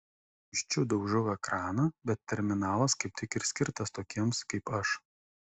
kumščiu daužau ekraną bet terminalas kaip tik ir skirtas tokiems kaip aš